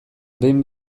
behin